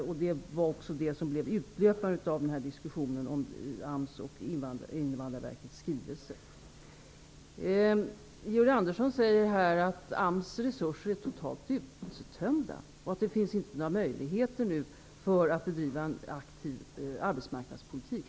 Och det var också detta som blev en utlöpare av diskussionen om AMS och Georg Andersson sade att AMS resurser är totalt uttömda och att det inte finns några möjligheter att bedriva en aktiv arbetsmarknadspolitik.